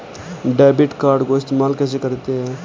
Debit card को इस्तेमाल कैसे करते हैं?